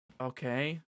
Okay